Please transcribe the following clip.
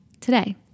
today